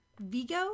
Vigo